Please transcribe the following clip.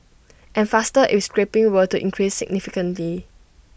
and faster if scrapping were to increase significantly